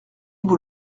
vous